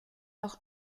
auch